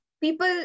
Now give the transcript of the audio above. people